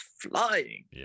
flying